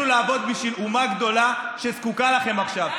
לעבוד בשביל אומה גדולה שזקוקה לכם עכשיו.